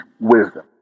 wisdom